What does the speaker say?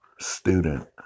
student